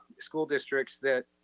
school districts that,